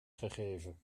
gegeven